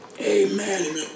Amen